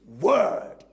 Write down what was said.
word